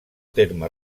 terme